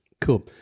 cool